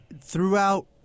Throughout